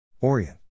orient